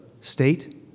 state